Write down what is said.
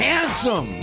Handsome